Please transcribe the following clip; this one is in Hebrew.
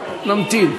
טוב, נמתין.